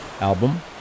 album